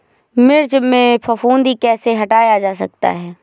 मिर्च में फफूंदी कैसे हटाया जा सकता है?